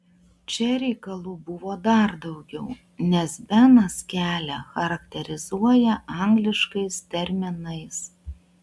čia reikalų buvo dar daugiau nes benas kelią charakterizuoja angliškais terminais